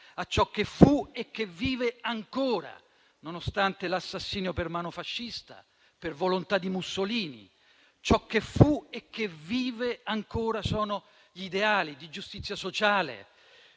a ciò che fu e che vive ancora, nonostante l'assassinio per mano fascista, per volontà di Mussolini. Ciò che fu e che vive ancora sono gli ideali di giustizia sociale,